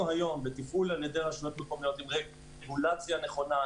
היום בתפעול על ידי רשויות מקומיות עם רגולציה נכונה,